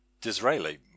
Disraeli